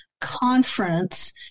conference